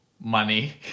money